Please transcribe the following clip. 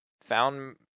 found